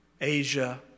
Asia